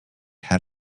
had